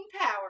power